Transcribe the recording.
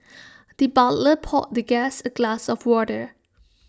the butler poured the guest A glass of water